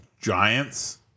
Giants